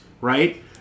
Right